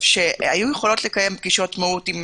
שהיו יכולות לקיים פגישות מהו"ת עם